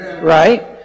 right